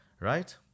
Right